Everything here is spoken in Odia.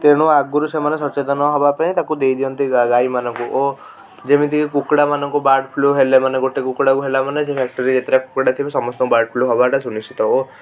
ତେଣୁ ଆଗରୁ ସେମାନେ ସଚେତନ ହବାପାଇଁ ତାକୁ ଦେଇ ଦିଅନ୍ତି ଗା ଗାଈ ମାନଙ୍କୁ ଓ ଯେମିତି କୁକୁଡ଼ା ମାନଙ୍କୁ ବାର୍ଡ଼ଫ୍ଲୁ ହେଲେ ମାନେ ଗୋଟେ କୁକୁଡ଼ାକୁ ହେଲା ମାନେ ସେ ଭାଟିରେ ଯେତେଟା କୁକୁଡ଼ା ଥିବେ ସମସ୍ତଙ୍କୁ ବାର୍ଡ଼ଫ୍ଲୁ ହବାଟା ସୁନିଶ୍ଚିତ